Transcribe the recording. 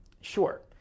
sure